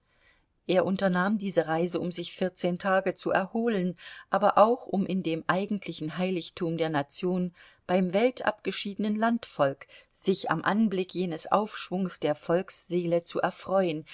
er unternahm diese reise um sich vierzehn tage zu erholen aber auch um in dem eigentlichen heiligtum der nation beim weltabgeschiedenen landvolk sich am anblick jenes aufschwungs der volksseele zu erfreuen